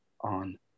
on